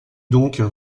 donc